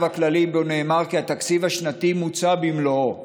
הכללי שבו נאמר כי התקציב השנתי מוצה במלואו